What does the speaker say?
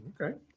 okay